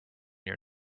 your